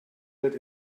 wird